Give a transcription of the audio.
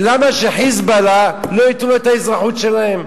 למה ש"חיזבאללה" לא ייתנו לו את האזרחות שלהם?